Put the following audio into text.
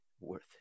Worth